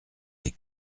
des